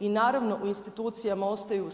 I naravno u institucijama ostaju